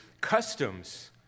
customs